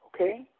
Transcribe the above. Okay